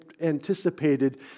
anticipated